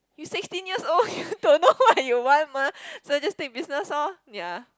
you sixteen years old you don't know what you want mah so just take business lor ya